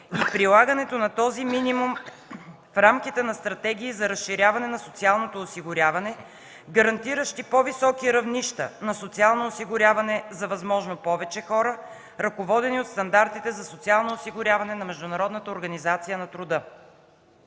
прилагането на този минимум в рамките на стратегии за разширяване на социалното осигуряване, гарантиращи по-високи равнища на социално осигуряване за възможно повече хора, ръководени от стандартите за социално осигуряване на Международната организация на труда.